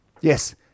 Yes